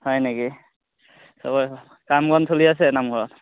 হয় নেকি চবৰে কামবন চলি আছে নামঘৰৰ